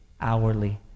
hourly